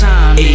Time